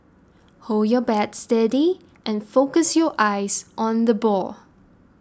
hold your bat steady and focus your eyes on the ball